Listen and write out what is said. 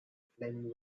flaming